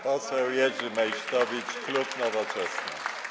Poseł Jerzy Meysztowicz, klub Nowoczesna.